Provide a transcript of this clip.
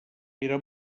era